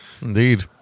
indeed